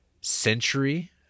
Century